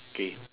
K